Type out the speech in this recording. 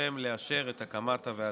אבקשכם לאשר את הקמת הוועדה.